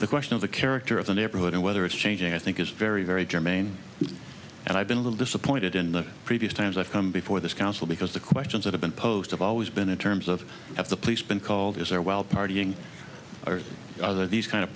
the question of the character of the neighborhood and whether it's changing i think it's very very germane and i've been a little disappointed in the previous times i've come before this council because the questions that have been posed have always been in terms of if the police been called is their wild partying or are these kind of